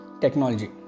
technology